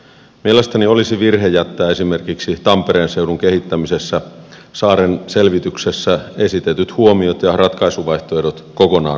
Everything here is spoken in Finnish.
mielestäni olisi virhe jättää esimerkiksi tampereen seudun kehittämisessä saaren selvityksessä esitetyt huomiot ja ratkaisuvaihtoehdot kokonaan noteeraamatta